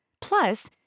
Plus